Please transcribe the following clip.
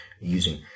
using